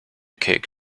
cake